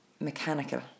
mechanical